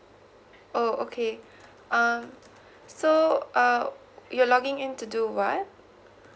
oh okay um so uh you're login in to do what